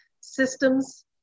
systems